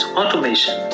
automation